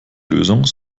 lösung